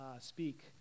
speak